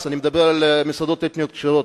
אני מדבר על מסעדות אתניות כשרות,